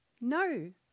No